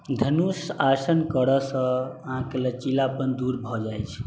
धनुष आसन करऽसंँ अहाँके लचीलापन दूर भए जाइत छै